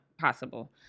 possible